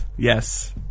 Yes